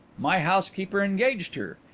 my housekeeper engaged her,